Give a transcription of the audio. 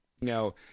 No